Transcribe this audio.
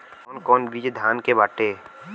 कौन कौन बिज धान के बाटे?